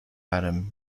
adam